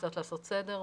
קצת לעשות סדר,